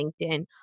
LinkedIn